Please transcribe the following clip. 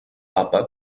papa